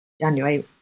January